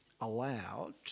allowed